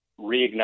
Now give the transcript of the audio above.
reignite